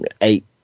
eight